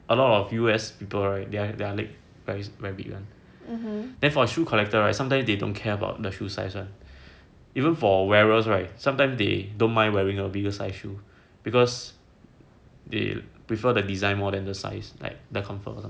a lot of U_S people right their leg very big one and then for shoes collector right sometimes they don't care about the shoe size [one] even for wearers right sometime they don't mind wearing a biggest size shoe because they prefer the design more than the size like the comfort lah